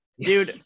dude –